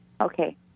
Okay